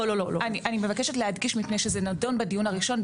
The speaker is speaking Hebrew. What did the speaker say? אני מבקשת להדגיש מפני שזה נדון בדיון הראשון,